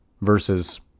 versus